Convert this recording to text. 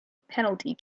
penalty